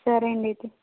సరే అండి అయితే